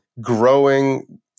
growing